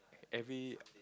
every